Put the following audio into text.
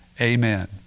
amen